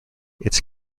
its